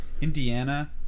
Indiana